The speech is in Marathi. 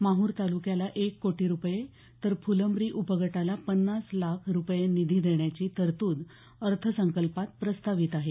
माहूर तालुक्याला एक कोटी रुपये तर फुलंब्री उपगटाला पन्नास लाख रुपये निधी देण्याची तरतूद अर्थसंकल्पात प्रस्तावित आहे